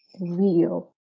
real